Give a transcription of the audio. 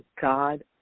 God